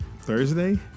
Thursday